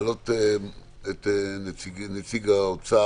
לעשות את זה, לקבל תכנית ולתכנן מראש.